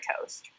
toast